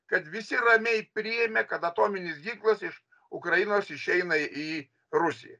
kad visi ramiai priėmė kad atominis ginklas iš ukrainos išeina į rusiją